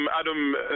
Adam